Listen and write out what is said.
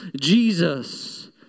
Jesus